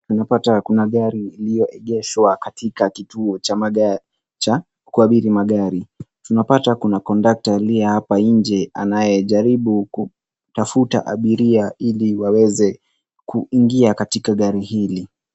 Anapata kuna gari iliyoegeshwa katika kituo cha magari cha ya kuabiri magari ,tunapata kuna kondakta aliye hapa nje anayejaribu kutafuta abiria ili waweze kuingia katika gari hili.